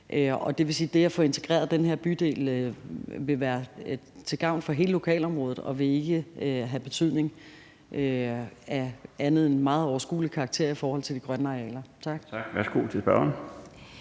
det at få integreret den her bydel vil være til gavn for hele lokalområdet, og det vil have en betydning, der har meget overskuelig karakter i forhold til de grønne arealer.